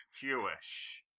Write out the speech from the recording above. jewish